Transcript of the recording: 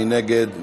מי נגד?